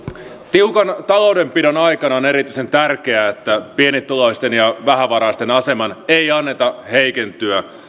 tiukan taloudenpidon aikana on erityisen tärkeää että pienituloisten ja vähävaraisten aseman ei anneta heikentyä se